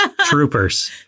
Troopers